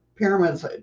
Pyramids